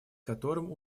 которым